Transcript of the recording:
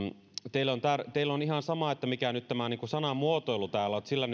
teille on ihan sama mikä tämä sanamuotoilu täällä on sillä nyt